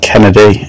Kennedy